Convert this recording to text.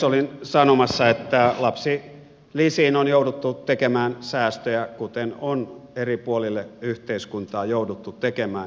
olin sanomassa että lapsilisiin on jouduttu tekemään säästöjä kuten on eri puolille yhteiskuntaa jouduttu tekemään